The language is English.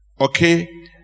okay